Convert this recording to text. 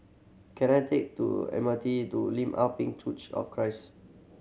can I take to M R T to Lim Ah Pin of Christ